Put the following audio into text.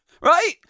Right